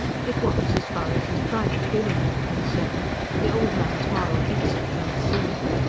it was as far as his private feelings were concerned the old man's moral exit from the scene.